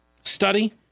study